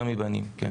יותר מבנים, כן.